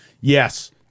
Yes